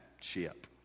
ship